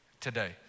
today